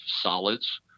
solids